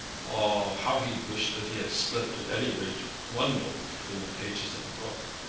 ah, how he wished that he had slipped at any rate one note between the pages of a book.